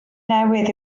newydd